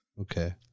Okay